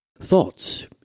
thoughts